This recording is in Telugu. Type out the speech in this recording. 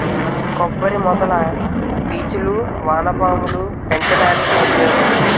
కొబ్బరి మొదల పీచులు వానపాములు పెంచడానికి ఉపయోగం